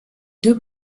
deux